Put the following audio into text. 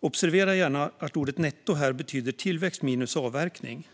Observera gärna att ordet "netto" här betyder tillväxt minus avverkning.